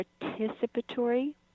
participatory